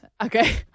Okay